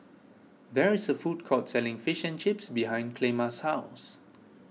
there is a food court selling Fish and Chips behind Clemma's house